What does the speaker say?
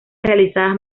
realizadas